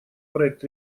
проект